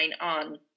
on